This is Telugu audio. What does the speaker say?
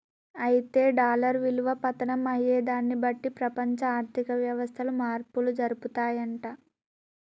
అయితే డాలర్ విలువ పతనం అయ్యేదాన్ని బట్టి ప్రపంచ ఆర్థిక వ్యవస్థలు మార్పులు జరుపుతాయంట